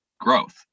growth